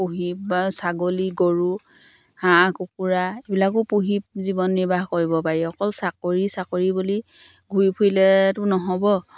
পুহি বা ছাগলী গৰু হাঁহ কুকুৰা এইবিলাকো পুহি জীৱন নিৰ্বাহ কৰিব পাৰি অকল চাকৰি চাকৰি বুলি ঘূৰি ফুৰিলেতো নহ'ব